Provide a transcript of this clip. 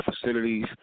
facilities